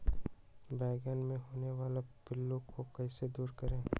बैंगन मे होने वाले पिल्लू को कैसे दूर करें?